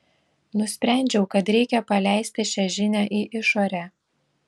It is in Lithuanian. nusprendžiau kad reikia paleisti šią žinią į išorę